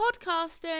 podcasting